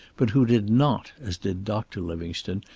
but who did not, as did doctor livingstone,